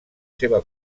seva